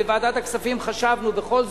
בוועדת הכספים חשבנו בכל זאת,